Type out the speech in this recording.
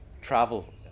travel